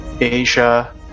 Asia